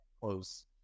close